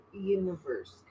universe